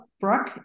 Brooke